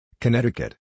Connecticut